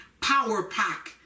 power-pack